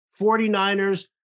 49ers